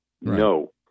No